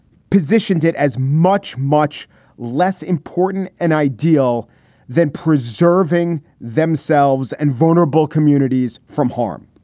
positioned it as much, much less important, an ideal than preserving themselves and vulnerable communities from harm.